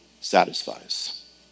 satisfies